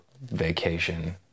vacation